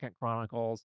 Chronicles